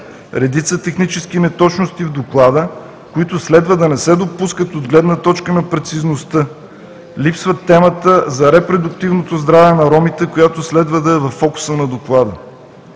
редица технически неточности в Доклада, които следва да не се допускат от гледна точка на прецизността; липсва темата за репродуктивното здраве на ромите, която следва да е във фокуса на Доклада.